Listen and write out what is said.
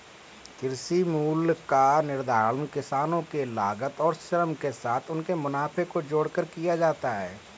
कृषि मूल्य का निर्धारण किसानों के लागत और श्रम के साथ उनके मुनाफे को जोड़कर किया जाता है